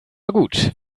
gut